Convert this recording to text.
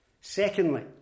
Secondly